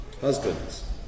Husbands